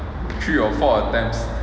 three or four attempts